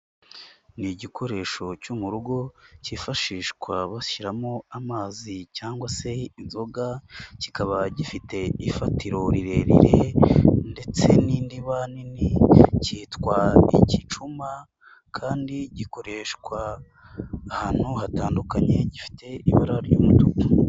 Ni igikoresho cyo mu rugo cyifashishwa bashyiramo amazi cyangwa se inzoga, kikaba gifite ifatiro rirerire ndetse n'indiba nini, kitwa igicuma kandi gikoreshwa ahantu hatandukanye, gifite ibara ry'umutuku.